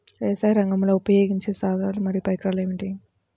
వ్యవసాయరంగంలో ఉపయోగించే సాధనాలు మరియు పరికరాలు ఏమిటీ?